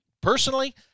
personally